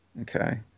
Okay